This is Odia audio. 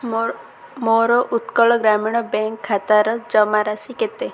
ମୋ ମୋର ଉତ୍କଳ ଗ୍ରାମୀଣ ବ୍ୟାଙ୍କ୍ ଖାତାର ଜମାରାଶି କେତେ